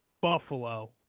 Buffalo